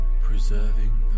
preserving